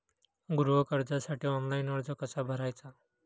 गृह कर्जासाठी ऑनलाइन अर्ज कसा भरायचा?